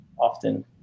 often